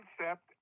concept